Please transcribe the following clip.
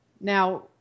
now